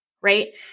right